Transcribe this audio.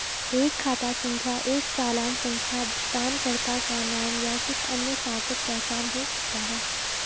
एक खाता संख्या एक चालान संख्या भुगतानकर्ता का नाम या कुछ अन्य सार्थक पहचान हो सकता है